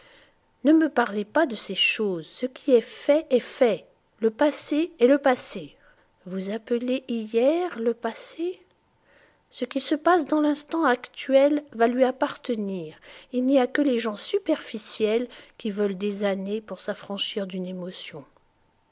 ne me parlez pas de ces choses ce qui est fait est fait le passé est le passé vous appelez hier le passé ce qui se passe dans l'instant actuel va lui appartenir il ny a que les gens superficiels qui veulent des années pour s'affranchir d'une émotion